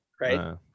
right